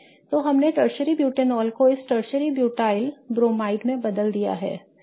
तो हमने tertiary butanol को इस टर्शरी ब्यूटाइल ब्रोमाइड में बदल दिया है